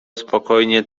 spokojnie